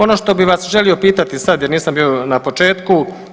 Ono što bi vas želio pitati sada jer nisam bio na početku.